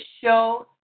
show